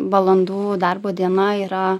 valandų darbo diena yra